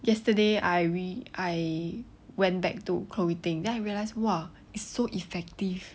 yesterday I re~ I went back to chloe ting then I realise !wah! it's so effective